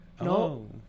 No